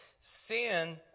Sin